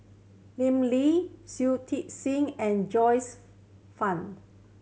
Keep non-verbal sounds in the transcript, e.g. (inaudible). Lim Lee Shui Tit Sing and Joyce (unintelligible) Fan